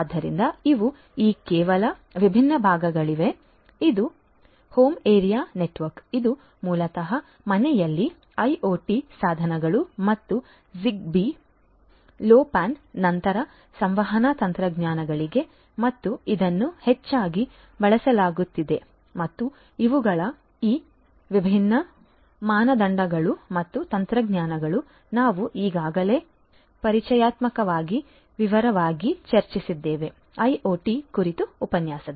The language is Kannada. ಆದ್ದರಿಂದ ಇವು ಈ ಕೆಲವು ವಿಭಿನ್ನ ಭಾಗಗಳಾಗಿವೆ ಇದು ಪ್ರಸಿದ್ಧವಾದದ್ದು ಹೋಮ್ ಏರಿಯಾ ನೆಟ್ವರ್ಕ್ ಇದು ಮೂಲತಃ ಮನೆಯಲ್ಲಿ ಐಒಟಿ ಸಾಧನಗಳು ಮತ್ತು ಜಿಗ್ಬೀ 6 ಲೋಪ್ಯಾನ್ ನಂತಹ ಸಂವಹನ ತಂತ್ರಜ್ಞಾನಗಳಿಗೆ ಮತ್ತು ಇದನ್ನು ಹೆಚ್ಚಾಗಿ ಬಳಸಲಾಗುತ್ತದೆ ಮತ್ತು ಇವುಗಳು ಈ ವಿಭಿನ್ನ ಮಾನದಂಡಗಳು ಮತ್ತು ತಂತ್ರಜ್ಞಾನಗಳು ನಾವು ಈಗಾಗಲೇ ಪರಿಚಯಾತ್ಮಕವಾಗಿ ವಿವರವಾಗಿ ಚರ್ಚಿಸಿದ್ದೇವೆ ಐಒಟಿ ಕುರಿತು ಉಪನ್ಯಾಸ